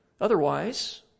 Otherwise